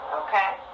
okay